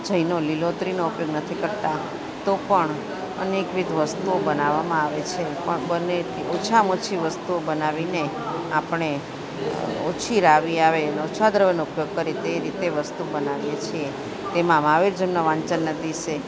જૈનો લીલોતરીનો ઉપયોગ નથી કરતા તો પણ અનેકવિધ વસ્તુઓ બનાવામાં આવે છે પણ બને એટલી ઓછામાં ઓછી વસ્તુઓ બનાવીને આપણે ઓછી રાવી આવે અને ઓછા દ્રવ્યનો ઉપયોગ કરી તે રીતે વસ્તુ બનાવીએ છીએ તેમાં મહાવીર જન્મના વાંચનના દિવસે